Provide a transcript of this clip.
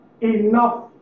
enough